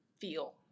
feel